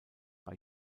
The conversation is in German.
bei